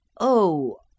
Oh